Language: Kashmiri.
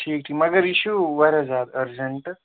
ٹھیٖک ٹھیٖک مگر یہِ چھُ واریاہ زیادٕ أرجنٛٹ